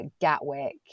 Gatwick